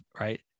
right